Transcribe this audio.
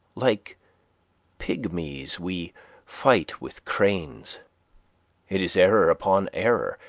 like pygmies we fight with cranes it is error upon error,